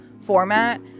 format